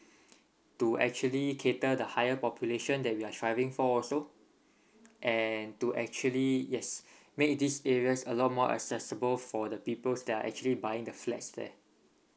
to actually cater the higher population that we are striving for also and to actually yes make these areas a lot more accessible for the people that are actually buying the flats there